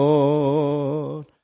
Lord